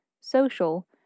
social